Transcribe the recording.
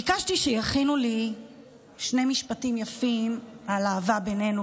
ביקשתי שיכינו לי שני משפטים יפים על אהבה בינינו,